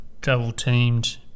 double-teamed